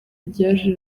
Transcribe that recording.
ryaje